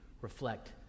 reflect